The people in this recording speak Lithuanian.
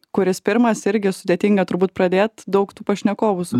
kuris pirmas irgi sudėtinga turbūt pradėt daug tų pašnekovų su